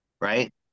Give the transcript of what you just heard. right